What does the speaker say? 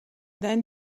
then